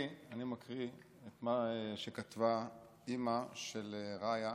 מקריא את מה שכתבה אימא של רעיה,